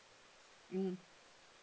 mm